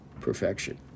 perfection